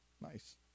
Nice